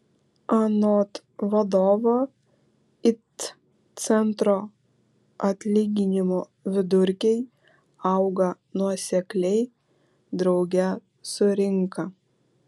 anot vadovo it centro atlyginimų vidurkiai auga nuosekliai drauge su rinka